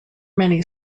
many